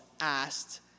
asked